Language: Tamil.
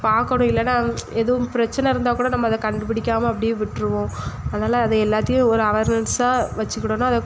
பார்க்கணும் இல்லைன்னா எதுவும் பிரச்சனை இருந்தால் கூட நம்ம அதை கண்டுபிடிக்காம அப்படியே விட்டுருவோம் அதனால் அதை எல்லாத்தையும் ஒரு அவர்னஸ்ஸாக வச்சுக்கணுன்னா அதை